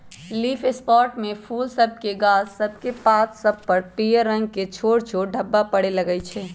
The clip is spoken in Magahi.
लीफ स्पॉट में फूल सभके गाछ सभकेक पात सभ पर पियर रंग के छोट छोट ढाब्बा परै लगइ छै